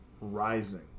rising